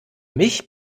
mich